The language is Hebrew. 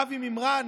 אבי מימרן,